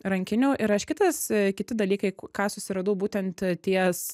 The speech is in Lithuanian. rankinių ir aš kitas kiti dalykai ką susiradau būtent ties